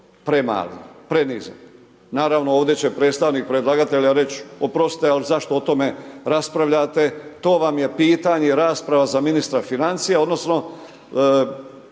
premali, prenizak. Naravno ovdje će predstavnik predlagatelja reći oprostite ali zašto o tome raspravljate to vam je pitanje rasprava za ministra financija, odnosno